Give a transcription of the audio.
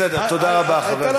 בסדר, תודה רבה, חבר הכנסת קיש.